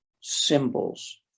symbols